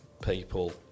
people